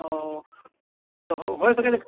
ओ होइ सकलै